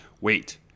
wait